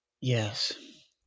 Yes